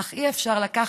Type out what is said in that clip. אך אי-אפשר להסיק